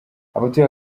abatuye